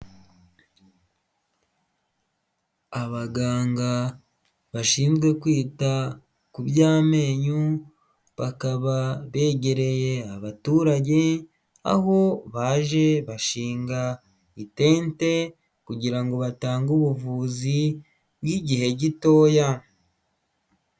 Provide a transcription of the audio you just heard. Abaganga bashinzwe kwita kuby'amenyo bakaba begereye abaturage aho baje bashinga itente kugira ngo batange ubuvuzi bw'igihe gitoya.